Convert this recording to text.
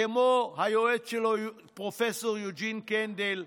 כמו היועץ שלו פרופ' יוג'ין קנדל,